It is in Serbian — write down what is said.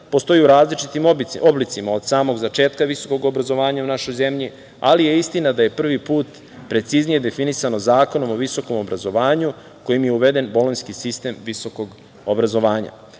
postoji u različitim oblicima, od samog začetka visokog obrazovanja u našoj zemlji, ali je istina da je prvi put preciznije definisano Zakonom o visokom obrazovanju kojim je uveden bolonjski sistem visokog obrazovanja.